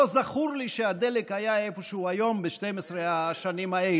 לא זכור לי שהדלק היה איפה שהוא היום ב-12 השנים האלה.